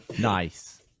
Nice